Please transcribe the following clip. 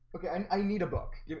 okay, i need a book yeah